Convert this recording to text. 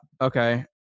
Okay